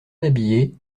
habillés